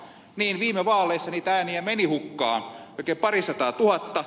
niin viime vaaleissa niitä ääniä meni hukkaan melkein parisataatuhatta